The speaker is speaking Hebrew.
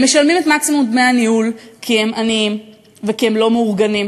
הם משלמים את מקסימום דמי הניהול כי הם עניים וכי הם לא מאורגנים